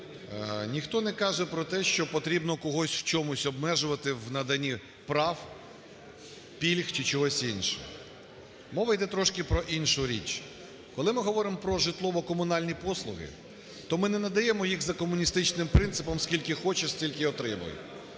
ніхто не каже про те, що потрібно когось в чомусь обмежувати в наданні прав, пільг чи чогось іншого. Мова йде трошки про іншу річ. Коли ми говоримо про житлово-комунальні послуги, то ми не надаємо їх за комуністичним принципом: скільки хочеш, стільки і отримуй.